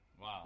Wow